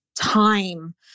time